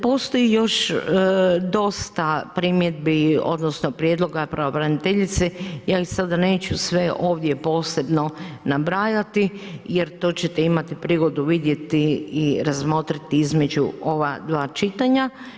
Postoji još dosta primjedbi, odnosno prijedloga pravobraniteljice, ja sada neću sve ovdje posebno nabrajati jer to ćete imati prigodu vidjeti i razmotriti između ova dva čitanja.